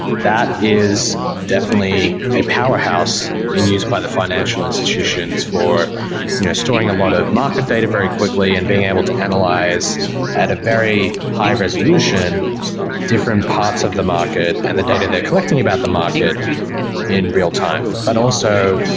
that is definitely a powerhouse and used by the financial institutions for you know storing a lot of market data very quickly and being able to analyze at a very high-resolution different parts of the market and the data they're collecting about the market in real-time. but also,